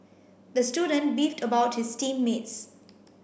the student beefed about his team mates